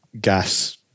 gas